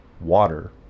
water